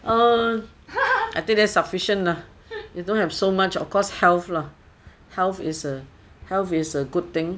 uh I think that is sufficient lah don't have so much of course health lah health is a health is a good thing